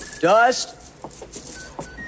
Dust